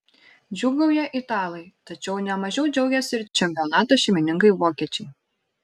džiūgauja italai tačiau ne mažiau džiaugiasi ir čempionato šeimininkai vokiečiai